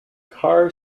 car